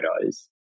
photos